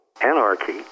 anarchy